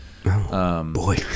Boy